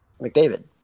McDavid